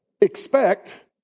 Expect